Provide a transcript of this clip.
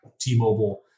T-Mobile